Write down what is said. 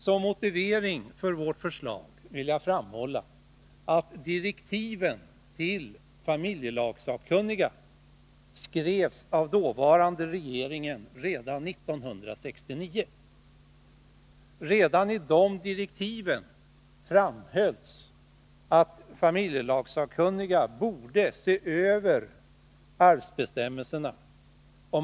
Som motivering för vårt förslag vill jag framhålla att direktiven för familjelagssakkunniga skrevs redan 1969 av dåvarande regeringen. Redan i de direktiven framhölls att familjelagssakkunniga borde se över arvsbestämmelserna.